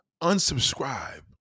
unsubscribe